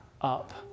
up